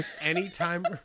Anytime